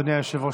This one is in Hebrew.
אדוני היושב-ראש,